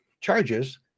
charges